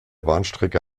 bahnstrecke